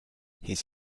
his